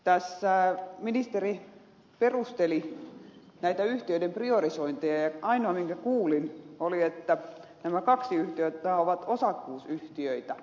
tässä ministeri perusteli näitä yhtiöiden priorisointeja ja ainoa minkä kuulin oli että nämä kaksi yhtiötä ovat osakkuusyhtiöitä